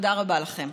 תודה רבה לכם.